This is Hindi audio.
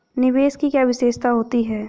निवेश की क्या विशेषता होती है?